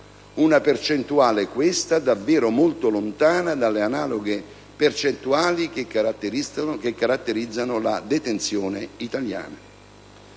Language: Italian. una percentuale questa davvero molto lontana dalle analoghe percentuali che caratterizzano la detenzione italiana.